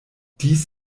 dies